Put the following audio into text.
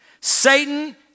Satan